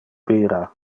bira